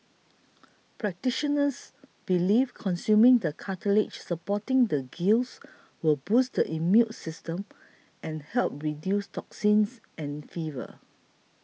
practitioners believe consuming the cartilage supporting the gills will boost the immune system and help reduce toxins and fever